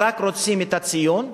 רק רוצים את הציון,